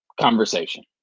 conversation